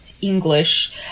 English